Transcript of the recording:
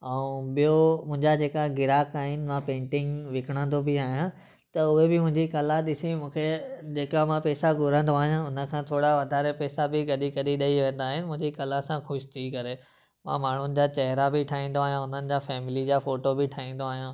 ऐं ॿियो मुंहिंजा जेका ग्राहक आहिनि मां पेंटिंग विकिणंदो बि आहियां त उहे बि मुंहिंजी कला ॾिसी मूंखे जेका मां पैसा घुरंदो आहियां उन खां थोरा वाधारे पैसा बि कॾहिं कॾहिं ॾेई वेंदा आहिनि मुंहिंजी कला सां ख़ुशि थी करे मां माण्हुनि जा चेहरा बि ठाहींदो आहियां उन्हनि जा फैमिली जा फोटो बि ठाहींदो आहियां